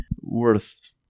worth